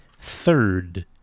third